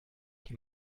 die